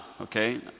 okay